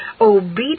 obedience